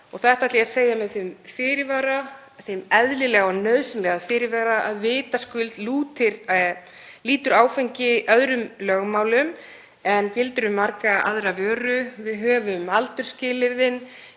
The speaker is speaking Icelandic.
Þetta ætla ég að segja með þeim eðlilega og nauðsynlega fyrirvara að vitaskuld lýtur áfengi öðrum lögmálum en gilda um margar aðra vörur. Við höfum aldursskilyrðin,